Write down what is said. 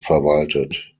verwaltet